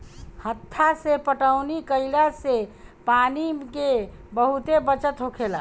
हत्था से पटौनी कईला से पानी के बहुत बचत होखेला